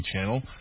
channel